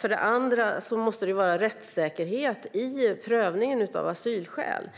För det andra måste det finnas en rättssäkerhet i prövningen av asylskäl.